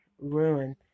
ruin